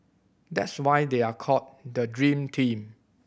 that's why they are called the dream team